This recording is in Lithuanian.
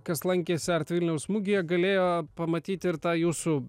kas lankėsi artvilniaus mugėje galėjo pamatyt ir tą jūsų